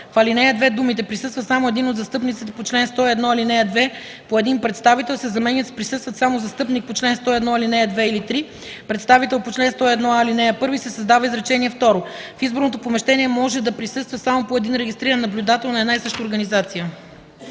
В ал. 2 думите „присъства само един от застъпниците по чл. 101, ал. 2, по един представител“ се заменят с „присъстват само застъпник по чл. 101, ал. 2 или 3, представител по чл. 101а, ал. 1“ и се създава изречение второ: „В изборното помещение може да присъства само по един регистриран наблюдател на една и съща организация.”